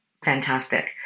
Fantastic